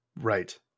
Right